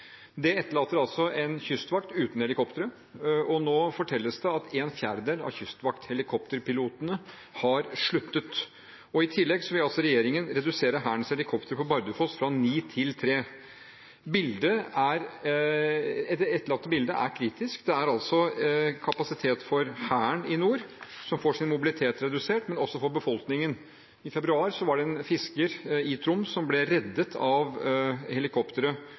Det etterlater en kystvakt uten helikoptre, og nå fortelles det at en fjerdedel av Kystvaktens helikopterpiloter har sluttet. I tillegg vil altså regjeringen redusere Hærens helikoptre på Bardufoss fra ni til tre. Det etterlatte bildet er kritisk for kapasiteten for Hæren i nord, som får sin mobilitet redusert, men også for befolkningen. I februar var det en fisker i Troms som ble reddet av